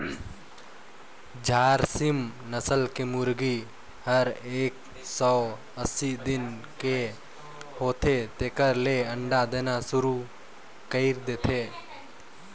झारसिम नसल के मुरगी हर एक सौ अस्सी दिन के होथे तेकर ले अंडा देना सुरु कईर देथे